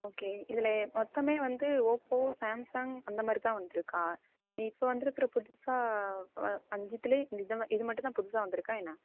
okay இதில் மொத்தமே வந்து ஓப்போ சாம்சங் அந்த மாதிரிதான் வந்திருக்கா இப்போ வந்திருக்குற புதுசாக ப அஞ்சுத்திலே இதுதான் இது மட்டும் தான் புதுசாக வந்திருக்கா என்ன